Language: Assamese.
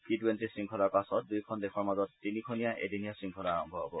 টী টুৱেণ্টী শৃংখলাৰ পাচত দুয়োখন দেশৰ মাজত তিনিখনীয়া এদিনীয়া শৃংখলা আৰম্ভ হ'ব